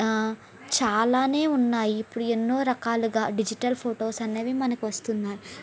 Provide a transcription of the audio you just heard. చాలానే ఉన్నాయి ఇప్పుడు ఎన్నో రకాలుగా డిజిటల్ ఫొటోస్ అన్నవి మనకి వస్తున్నాయి